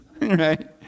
right